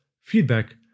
feedback